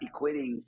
equating